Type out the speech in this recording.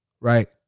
Right